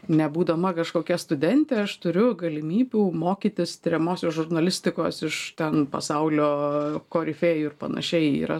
nebūdama kažkokia studentė aš turiu galimybių mokytis tiriamosios žurnalistikos iš ten pasaulio korifėjų ir panašiai yra